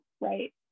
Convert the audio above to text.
right